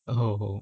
oh